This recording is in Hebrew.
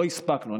לא הספקנו,